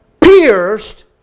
pierced